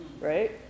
right